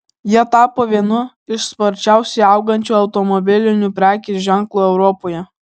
jie tapo vienu iš sparčiausiai augančių automobilinių prekės ženklų europoje